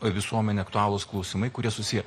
visuomenei aktualūs klausimai kurie susiję